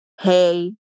hey